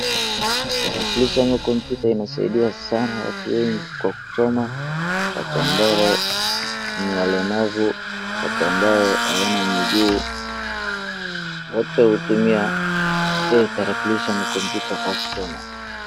Tarakilishi ama computer inasaidia sana watu wengi kwa kusoma. Watu ambao ni walemavu, watu ambao hawana miguu, wote hutumia tarakilishi ama [c]computer kwa kusoma.